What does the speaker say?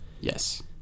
yes